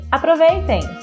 Aproveitem